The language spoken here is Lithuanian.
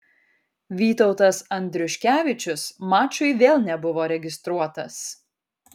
vytautas andriuškevičius mačui vėl nebuvo registruotas